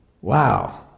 Wow